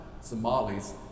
Somalis